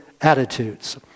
attitudes